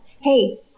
Hey